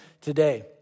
today